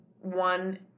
One